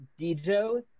DJO